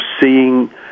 seeing